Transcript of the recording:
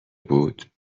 بود